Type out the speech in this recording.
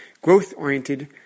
growth-oriented